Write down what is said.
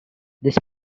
this